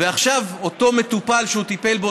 ועכשיו אותו מטופל שהוא טיפל בו,